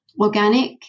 organic